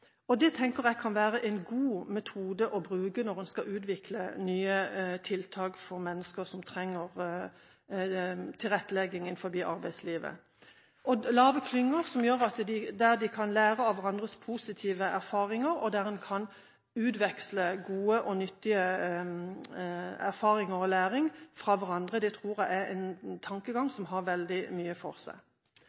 og det tenker jeg kan være en god metode å bruke når man skal utvikle nye tiltak for mennesker som trenger tilrettelegging i arbeidslivet. Å lage klynger der en kan lære av hverandres positive erfaringer, og der en kan utveksle gode og nyttige erfaringer og læring seg imellom, tror jeg er en metode som har veldig mye for seg.